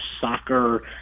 soccer